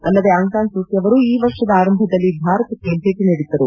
ಅಲ್ಲದೆ Aung San Suu Kyi ಅವರು ಈ ವರ್ಷದ ಆರಂಭದಲ್ಲಿ ಭಾರತಕ್ಕೆ ಭೇಟ ನೀಡಿದ್ದರು